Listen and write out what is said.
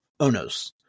Onos